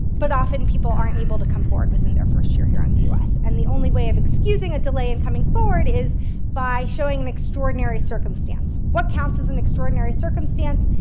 but often, people aren't able to come forward within their first year here in the us. and the only way of excusing a delay in coming forward is by showing an extraordinary circumstance. what counts as an extraordinary circumstance?